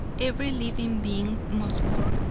every living being must work,